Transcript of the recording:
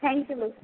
thank you ma'am